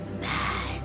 mad